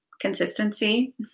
consistency